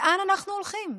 לאן אנחנו הולכים?